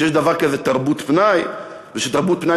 שיש דבר כזה תרבות פנאי ושתרבות פנאי